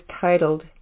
titled